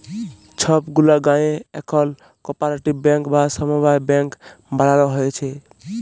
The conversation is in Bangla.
ছব গুলা গায়েঁ এখল কপারেটিভ ব্যাংক বা সমবায় ব্যাংক বালালো হ্যয়েছে